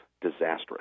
disastrous